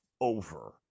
over